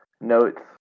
notes